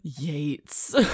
Yates